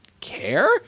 care